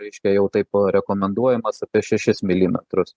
reiškia jau taip rekomenduojamas apie šešis milimetrus